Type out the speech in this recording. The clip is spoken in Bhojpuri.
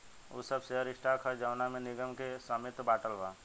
उ सब शेयर स्टॉक ह जवना में निगम के स्वामित्व बाटल बा